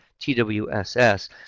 TWSS